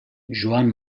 joan